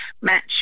match